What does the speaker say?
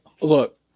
Look